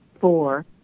four